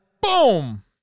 Boom